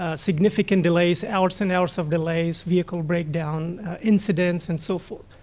ah significant delays, hours and hours of delays, vehicle breakdown incidents, and so forth.